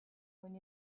when